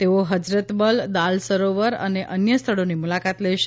તેઓ હઝરતબલ દાલ સરોવર અને અન્ય સ્થળોની મુલાકાત લેશે